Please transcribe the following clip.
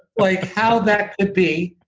like how that could be,